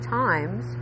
times